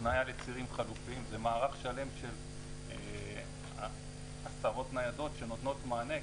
הפנייה לצירים חלופיים זה מערך שלם של עשרות ניידות שנותנות מענה,